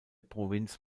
provinz